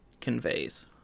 conveys